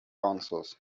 answers